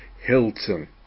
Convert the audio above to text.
hilton